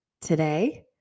Today